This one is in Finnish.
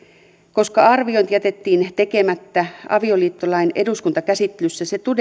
koska arviointi jätettiin tekemättä avioliittolain eduskuntakäsittelyssä se